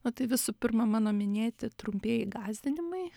na tai visų pirma mano minėti trumpieji gąsdinimai